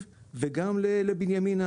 אני לא מבין את זה.